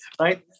Right